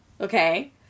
Okay